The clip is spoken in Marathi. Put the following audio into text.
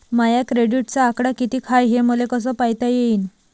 माया क्रेडिटचा आकडा कितीक हाय हे मले कस पायता येईन?